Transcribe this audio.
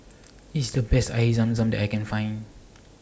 This IS The Best Air Zam Zam that I Can Find